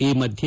ಈ ಮಧ್ಯೆ